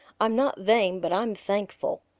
i'm not vain, but i'm thankful.